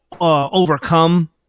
overcome